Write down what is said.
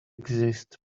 exist